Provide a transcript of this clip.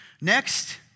Next